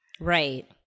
Right